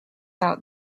out